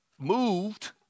moved